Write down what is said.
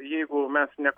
jeigu mes ne